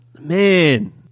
Man